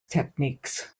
techniques